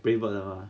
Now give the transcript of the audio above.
favourite 了 lah